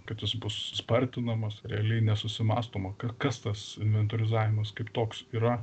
kad jis bus spartinamas realiai nesusimąstoma kas tas metalizavimas kaip toks yra